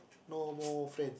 no more friend